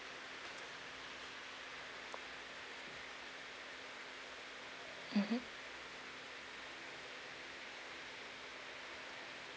mmhmm